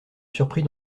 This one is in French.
surprit